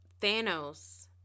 Thanos